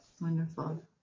Wonderful